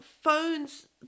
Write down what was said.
phones